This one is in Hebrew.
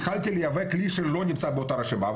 התחלתי לייבא כלי שלא נמצא באותה רשימה,